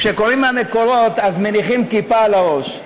כשקוראים מהמקורות אז מניחים כיפה על הראש.